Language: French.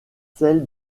celle